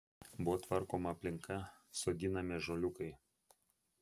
buvo tvarkoma aplinka sodinami ąžuoliukai